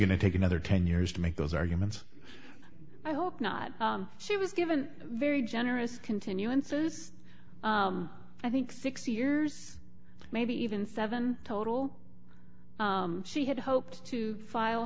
going to take another ten years to make those arguments i hope not she was given very generous continuances i think six years maybe even seven total she had hoped to file